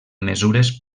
mesures